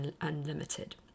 Unlimited